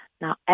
Now